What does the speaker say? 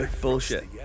bullshit